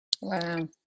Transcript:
wow